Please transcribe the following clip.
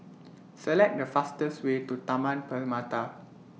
Select The fastest Way to Taman Permata